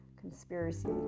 conspiracy